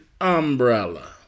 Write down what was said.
umbrella